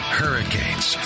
hurricanes